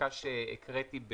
הפסקה שהקראתי,